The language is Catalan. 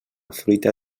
fruita